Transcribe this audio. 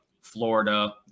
Florida